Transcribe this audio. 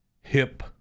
hip